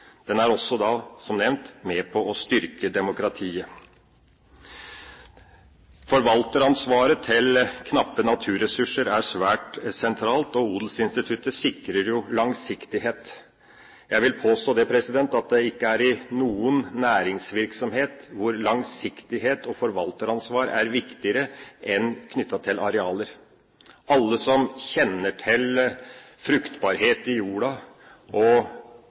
Den er også, som nevnt, med på å styrke demokratiet. Forvalteransvaret til knappe naturressurser er svært sentralt, og odelsinstituttet sikrer langsiktighet. Jeg vil påstå at ikke i noen næringsvirksomhet er langsiktighet og forvalteransvar viktigere enn knyttet til arealer. Alle som kjenner til fruktbarhet i jorda og